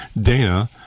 Dana